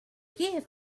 give